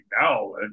now